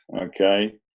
okay